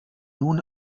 nun